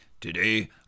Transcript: Today